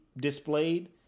displayed